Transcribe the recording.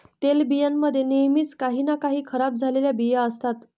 तेलबियां मध्ये नेहमीच काही ना काही खराब झालेले बिया असतात